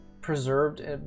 preserved